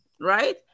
Right